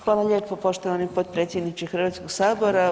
Hvala lijepo poštovani potpredsjedniče Hrvatskog sabora.